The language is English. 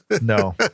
No